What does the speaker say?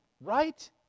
right